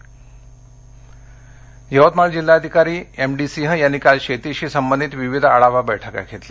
आढावा यवतमाळ यवतमाळचे जिल्हाधिकारी एम डी सिंह यांनी काल शेतीशी संबंधित विविध आढावा बैठका घेतल्या